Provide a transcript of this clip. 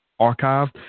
archived